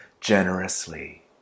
generously